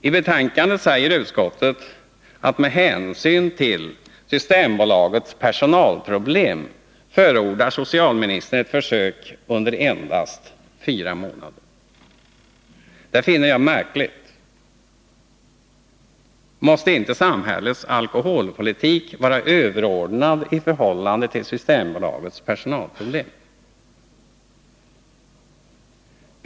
I betänkandet säger utskottet att socialministern med hänsyn till Systembolagets personalproblem förordar ett försök under endast fyra månader. Det finner jag märkligt. Måste inte samhällets alkoholpolitik vara överordnad Systembolagets personalproblem?